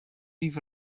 fydd